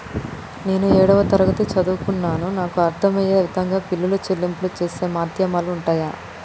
నేను ఏడవ తరగతి వరకు చదువుకున్నాను నాకు అర్దం అయ్యే విధంగా బిల్లుల చెల్లింపు చేసే మాధ్యమాలు ఉంటయా?